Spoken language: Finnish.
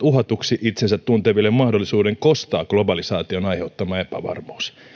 uhatuiksi itsensä tunteville mahdollisuuden kostaa globalisaation aiheuttama epävarmuus